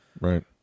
Right